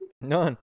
None